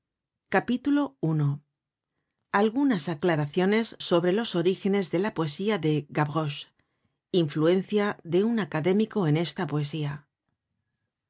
at i algunas aclaraciones sobre los orígenes de la poesía de gavroche influencia de un académico en esta poesía